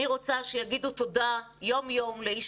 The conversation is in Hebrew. אני רוצה שיגידו תודה יום יום לאיש